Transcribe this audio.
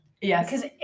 Yes